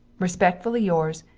respectfully yours,